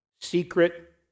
Secret